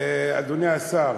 אדוני השר,